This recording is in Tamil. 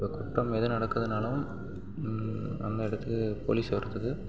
இப்போ குற்றம் எது நடக்குதுனாலும் அந்த இடத்துக்கு போலீஸ் வரதுக்கு